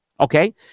okay